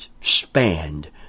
spanned